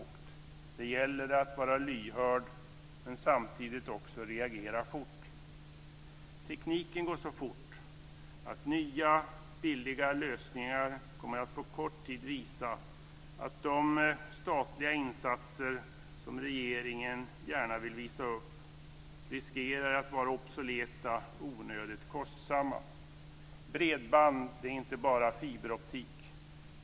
Det gäller att vara lyhörd, men samtidigt också reagera fort. Tekniken går så fort att nya billiga lösningar på kort tid kommer att visa att de statliga insatser som regeringen gärna vill visa upp riskerar att vara obsoleta och onödigt kostsamma. Bredband är inte bara fiberoptik.